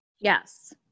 Yes